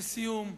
לסיום,